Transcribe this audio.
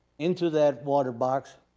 into that water box,